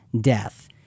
death